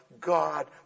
God